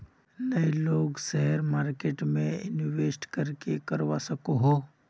नय लोग share marketing में इंवेस्ट करे करवा सकोहो?